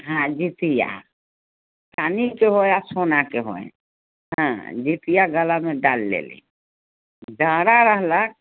हँ जीतिया चानीके होय या सोनाके होय हँ जीतिया गलामे डालि लेली डारा रहलक